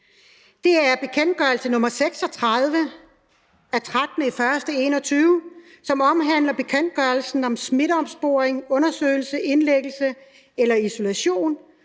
Det er bekendtgørelse nr. 36 af 13. januar 2021, som omhandler smitteopsporing, undersøgelse, indlæggelse eller isolation